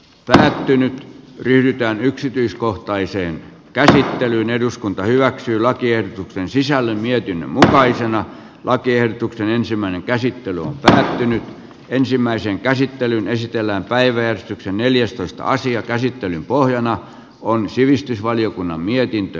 päättynyt yhtään yksityiskohtaiseen käsittelyyn eduskunta hyväksyi lakiehdotuksen sisällön mietinnön mukaisena lakiehdotuksen ensimmäinen käsittely on pysähtynyt ensimmäiseen käsittelyyn esitellään päivä neljästoista asian käsittelyn pohjana on sivistysvaliokunnan mietintö